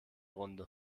runde